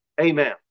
Amen